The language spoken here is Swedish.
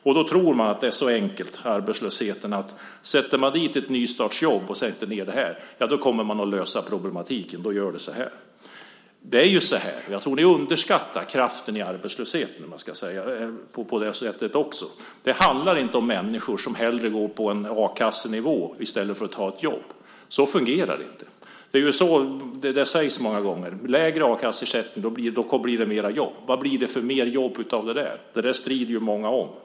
Och då tror man att det är så enkelt med arbetslösheten att sätter man dit ett nystartsjobb och sätter ned det här, ja, då kommer man att lösa problematiken. Det är ju så här: Jag tror att ni underskattar kraften i arbetslösheten. Det handlar inte om människor som hellre går på en a-kassenivå än tar ett jobb. Så fungerar det inte. Det är ju det som sägs många gånger: Lägre a-kasseersättning gör att det blir mer jobb. Men vad blir det för mer jobb av det där? Det där strider ju många om.